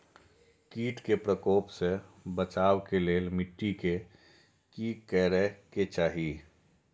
किट के प्रकोप से बचाव के लेल मिटी के कि करे के चाही?